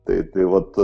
tai tai vat